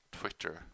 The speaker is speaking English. Twitter